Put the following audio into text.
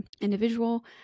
individual